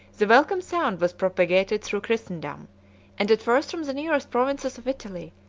the welcome sound was propagated through christendom and at first from the nearest provinces of italy,